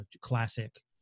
classic